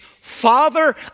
father